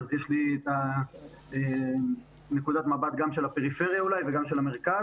אז יש לי את נקודת המבט גם של הפריפריה אולי וגם של המרכז.